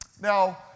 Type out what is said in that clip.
Now